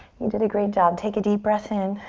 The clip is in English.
you did a great job. take a deep breath in.